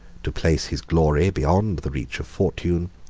to place his glory beyond the reach of fortune,